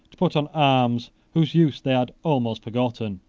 to put on arms, whose use they had almost forgotten,